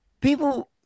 People